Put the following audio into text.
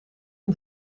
een